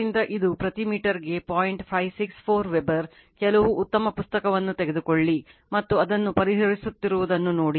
564 Weber ಕೆಲವು ಉತ್ತಮ ಪುಸ್ತಕವನ್ನು ತೆಗೆದುಕೊಳ್ಳಿ ಮತ್ತು ಅದನ್ನು ಪರಿಹರಿಸುತ್ತಿರುವುದನ್ನು ನೋಡಿ